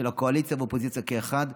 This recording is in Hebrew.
של הקואליציה והאופוזיציה כאחד,